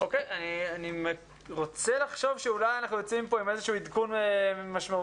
אני רוצה לחשוב שאולי אנחנו יוצאים מפה עם איזה עדכון משמעותי,